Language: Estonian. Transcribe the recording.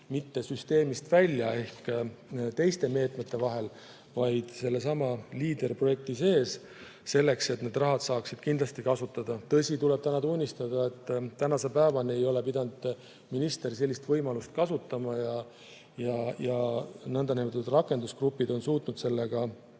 mitte süsteemist välja ehk teiste meetmete vahel, vaid sellesama Leaderi projekti sees, selleks et need rahad saaks kindlasti kasutatud. Tõsi, tuleb tunnistada, et tänase päevani ei ole pidanud minister sellist võimalust kasutama, sest nn rakendusgrupid on suutnud sellega